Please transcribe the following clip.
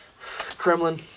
Kremlin